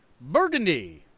Burgundy